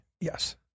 yes